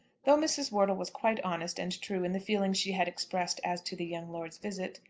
though mrs. wortle was quite honest and true in the feeling she had expressed as to the young lord's visit,